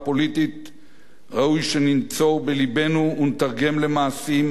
ראוי שננצור בלבנו ונתרגם למעשים בחקיקה,